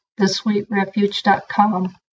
thesweetrefuge.com